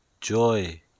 Joy